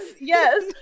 yes